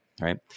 right